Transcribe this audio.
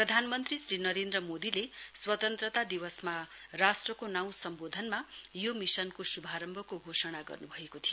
प्रधानमन्त्री श्री नरेन्द्र मोदीले स्वतन्त्रता दिवसमा राष्ट्रको नाउँ सम्वोधनमा यो मिशनको श्भारम्भको घोषणा गर्नुभएको थियो